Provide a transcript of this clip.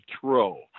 throw